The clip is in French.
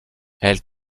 elle